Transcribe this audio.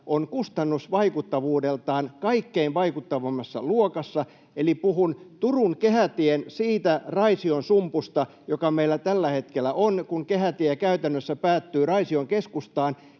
on kustannusvaikuttavuudeltaan kaikkein vaikuttavimmassa luokassa. Eli puhun Turun kehätien siitä Raision sumpusta, joka meillä tällä hetkellä on, kun kehätie käytännössä päättyy Raision keskustaan,